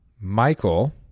Michael